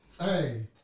Hey